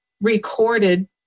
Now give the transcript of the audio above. recorded